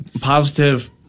positive